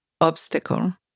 obstacle